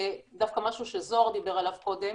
זה דווקא משהו שזוהר דיבר עליו קודם,